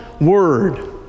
word